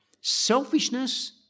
selfishness